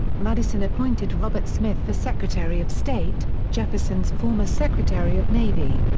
madison appointed robert smith for secretary of state, jefferson's former secretary of navy.